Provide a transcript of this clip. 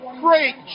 great